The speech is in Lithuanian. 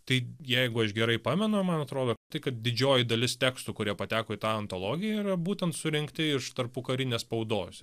tai jeigu aš gerai pamenu man atrodo tai kad didžioji dalis tekstų kurie pateko į tą antologiją yra būtent surinkti iš tarpukarinės spaudos